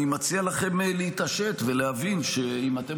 אני מציע לכם להתעשת ולהבין שאם אתם